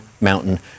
Mountain